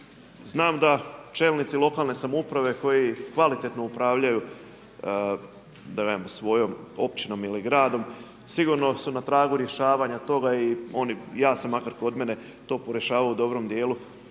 Znam da čelnici lokalne samouprave koji kvalitetno upravljaju svojom općinom ili gradom sigurno su na tragu rješavanja toga i oni, ja se makar kod mene to po rješavao u dobrom djelu